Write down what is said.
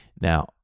Now